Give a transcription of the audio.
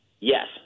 Yes